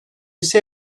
ise